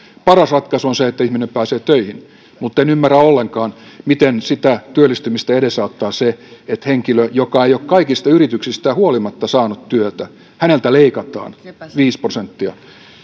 paras ratkaisu on se että ihminen pääsee töihin mutta en ymmärrä ollenkaan miten sitä työllistymistä edesauttaa se että henkilöltä joka ei ole kaikista yrityksistään huolimatta saanut työtä leikataan viisi prosenttia